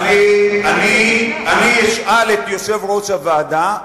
אני אשאל את יושב-ראש הוועדה,